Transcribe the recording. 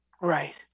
right